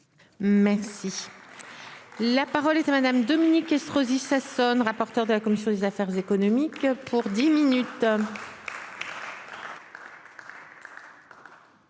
Merci. La parole est à Madame Dominique Estrosi Sassone, rapporteur de la commission des affaires économiques pour 10 minutes.